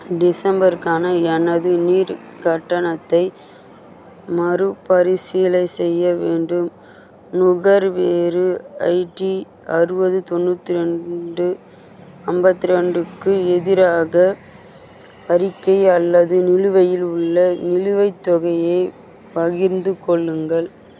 டிசம்பருக்கான எனது நீர் கட்டணத்தை மறுபரிசீலைனை செய்ய வேண்டும் நுகர்வோரு ஐடி அறுபது தொண்ணூற்றி ரெண்டு ஐம்பத்தி ரெண்டுக்கு எதிராக அறிக்கை அல்லது நிலுவையில் உள்ள நிலுவைத் தொகையை பகிர்ந்துக்கொள்ளுங்கள்